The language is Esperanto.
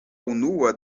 unua